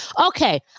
Okay